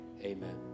amen